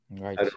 right